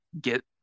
get